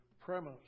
premise